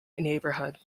neighborhood